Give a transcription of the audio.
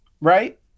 right